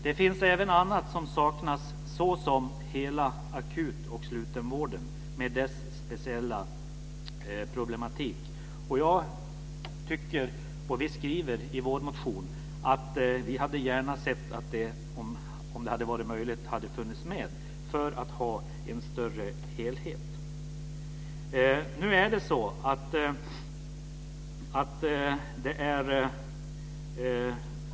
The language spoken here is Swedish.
Det finns även annat som saknas såsom hela akut och slutenvården med dess speciella problematik. Och vi skriver i vår motion att vi gärna hade sett att det, om det hade varit möjligt, hade funnits med för att man skulle ha haft en större helhet.